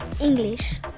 English